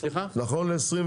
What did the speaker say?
זה לא 25. זה נכון ל-2021.